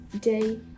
day